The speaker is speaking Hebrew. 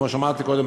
כמו שאמרתי קודם,